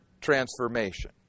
transformation